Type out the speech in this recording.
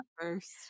first